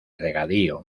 regadío